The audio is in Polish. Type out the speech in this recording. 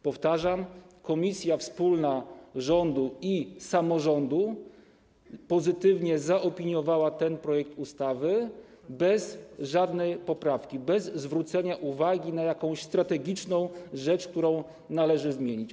Powtarzam: komisja wspólna rządu i samorządu pozytywnie zaopiniowała ten projekt ustawy, bez żadnej poprawki, bez zwrócenia uwagi na jakąś strategiczną rzecz, którą należy zmienić.